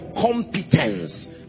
competence